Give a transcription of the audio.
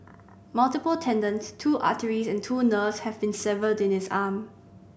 multiple tendons two arteries and two nerves had been severed in his arm